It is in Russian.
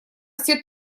все